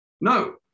No